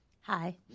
Hi